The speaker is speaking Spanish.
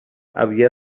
había